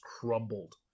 crumbled